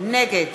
נגד